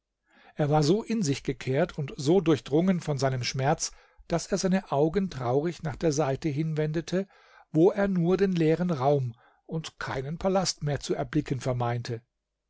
er war so in sich gekehrt und so durchdrungen von seinem schmerz daß er seine augen traurig nach der seite hinwendete wo er nur den leeren raum und keinen palast mehr zu erblicken